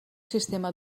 sistema